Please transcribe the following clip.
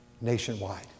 nationwide